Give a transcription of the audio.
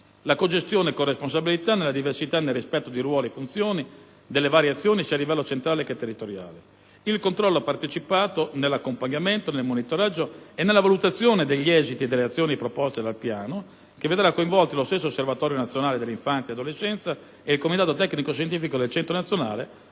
La cogestione/corresponsabilità, nella diversità e nel rispetto di ruoli e funzioni, riguarderà le varie azioni, sia a livello centrale che territoriale. Il controllo partecipato consisterà nell'accompagnamento, nel monitoraggio e nella valutazione degli esiti delle azioni proposte dal Piano d'azione, che vedrà coinvolti lo stesso Osservatorio nazionale per l'infanzia e l'adolescenza e il comitato tecnico-scientifico del Centro nazionale,